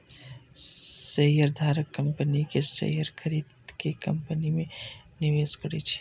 शेयरधारक कंपनी के शेयर खरीद के कंपनी मे निवेश करै छै